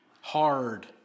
hard